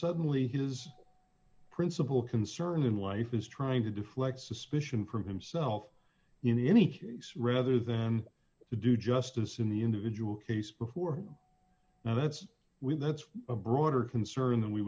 suddenly his principal concern in life is trying to deflect suspicion from himself in any case rather than to do justice in the individual case before and that's when that's a broader concern that we